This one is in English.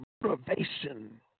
motivation